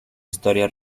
historia